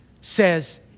says